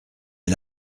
est